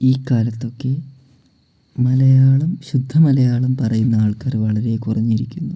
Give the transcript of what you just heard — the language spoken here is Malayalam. ഈ കാലത്തൊക്കെ മലയാളം ശുദ്ധ മലയാളം പറയുന്ന ആള്ക്കാര് വളരെ കുറഞ്ഞിരിക്കുന്നു